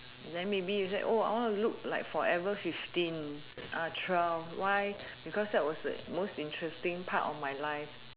then maybe you say !oh! I wanna look like forever fifteen uh twelve why because that was the most interesting part of my life